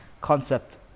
concept